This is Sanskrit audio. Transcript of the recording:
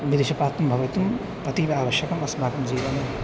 विदुषपात्रं भवितुं अतीव आवश्यकम् अस्माकं जीवने